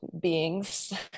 beings